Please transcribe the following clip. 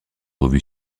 revue